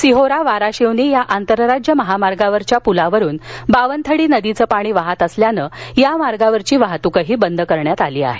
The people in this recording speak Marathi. सिहोरा वाराशिवनी या आंतरराज्य मार्गावरील पुलावरुन बावनथडी नदीचं पाणी वाहत असल्यानं या मार्गावरील वाहतूकही बंद करण्यात आली आहे